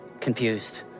confused